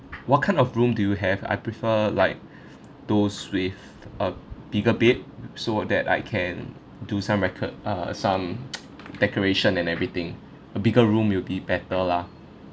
what kind of room do you have I prefer like those with a bigger bed so that I can do some reco~ uh some decoration and everything a bigger room will be better lah